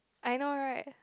I know right